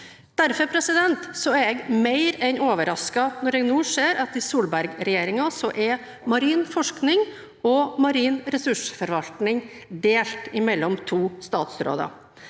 Derfor er jeg mer enn overrasket når jeg nå ser at i Solberg-regjeringen er marin forskning og marin ressursforvaltning delt mellom to statsråder,